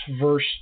verse